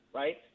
right